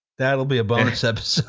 that'll be a bonus episode,